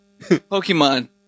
Pokemon